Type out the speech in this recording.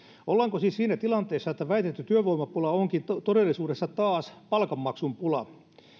ollaanko siis siinä tilanteessa että väitetty työvoimapula onkin todellisuudessa taas palkanmaksun pula